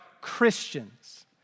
Christians